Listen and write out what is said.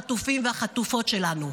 החטופים והחטופות שלנו.